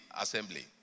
assembly